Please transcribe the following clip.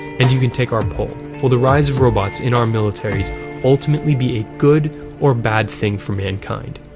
and you can take our poll will the rise of robots in our militaries ultimately be a good or bad thing for mankind?